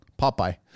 popeye